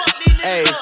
hey